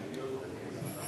זה בסדר.